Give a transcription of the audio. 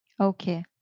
Okay